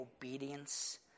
obedience